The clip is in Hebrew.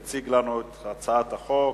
יציג לנו את הצעת החוק,